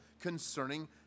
concerning